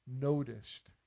noticed